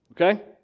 okay